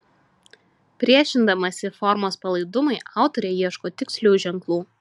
priešindamasi formos palaidumui autorė ieško tikslių ženklų